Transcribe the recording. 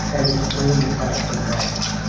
and it's raining cats and dogs.